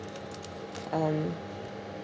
um